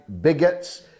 bigots